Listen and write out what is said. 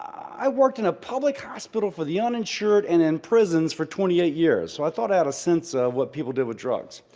i've worked in a public hospital for the uninsured and in prisons for twenty eight years, so i thought i have a sense of what people do with drugs.